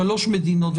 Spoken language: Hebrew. שלוש מדינות,